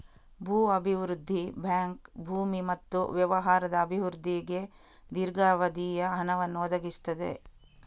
ಭೂ ಅಭಿವೃದ್ಧಿ ಬ್ಯಾಂಕ್ ಭೂಮಿ ಮತ್ತು ವ್ಯವಹಾರದ ಅಭಿವೃದ್ಧಿಗೆ ದೀರ್ಘಾವಧಿಯ ಹಣವನ್ನು ಒದಗಿಸುತ್ತದೆ